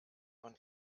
von